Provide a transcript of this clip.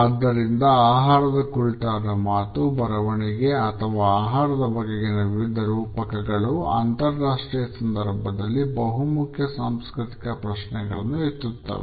ಆದ್ದರಿಂದ ಆಹಾರದ ಕುರಿತಾದ ಮಾತು ಬರವಣಿಗೆ ಅಥವಾ ಆಹಾರದ ಬಗೆಗಿನ ವಿವಿಧ ರೂಪಕಗಳು ಅಂತರಾಷ್ಟ್ರೀಯ ಸಂದರ್ಭದಲ್ಲಿ ಬಹುಮುಖ್ಯ ಸಾಂಸ್ಕೃತಿಕ ಪ್ರಶ್ನೆಗಳನ್ನು ಎತ್ತುತ್ತವೆ